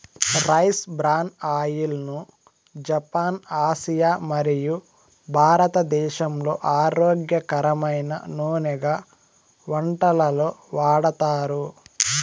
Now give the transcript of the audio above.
rice bran oil ను Japan, Asia మరియు భారతదేశంలో ఆరోగ్యకరమైన నూనెగా వంటలలో వాడతారు